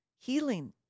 healing